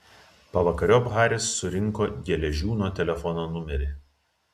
pavakariop haris surinko geležiūno telefono numerį